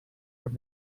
from